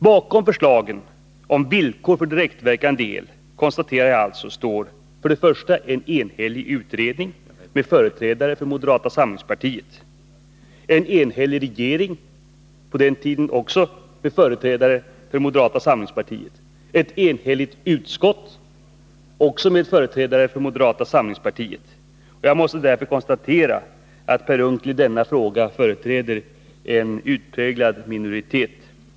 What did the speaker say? Bakom förslagen om villkor för direktverkande el står en enhällig utredning med företrädare för moderata samlingspartiet, en enhällig regering, på den tiden också med företrädare för moderata samlingspartiet, samt ett enhälligt utskott med företrädare för moderata samlingspartiet. Jag måste därför konstatera att Per Unckel med sin uppfattning i denna fråga företräder en utpräglad minoritet.